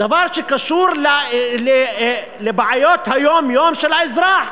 דבר שקשור לבעיות היום-יום של האזרח.